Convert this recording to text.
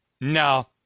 no